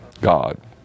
God